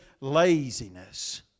Laziness